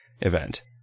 event